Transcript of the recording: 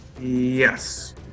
Yes